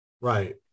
Right